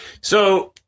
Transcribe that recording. So-